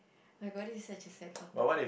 my god this is such a sad topic